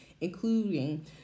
including